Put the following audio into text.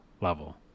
level